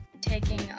taking